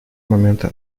момента